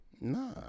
Nah